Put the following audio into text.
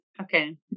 Okay